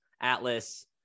Atlas